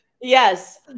Yes